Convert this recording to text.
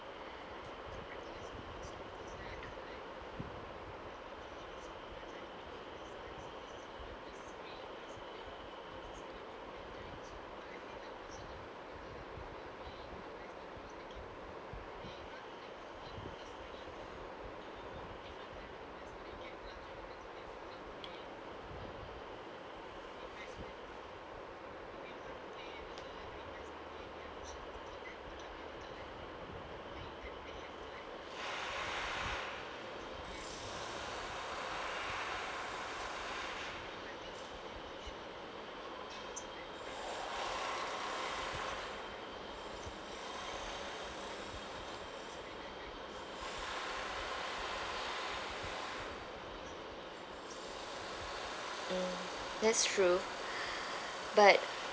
mm that's true but